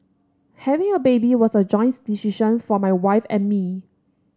having a baby was a joint decision for my wife and me